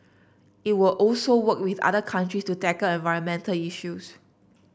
it will also work with other country to tackle environmental issues